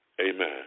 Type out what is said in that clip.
Amen